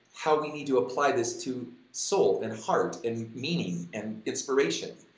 how we need to apply this to soul and heart and meaning and inspiration.